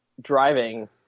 driving